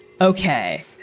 Okay